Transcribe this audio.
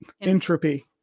entropy